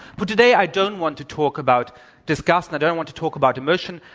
but today, i don't want to talk about disgust and i don't want to talk about emotion.